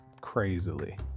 crazily